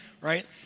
right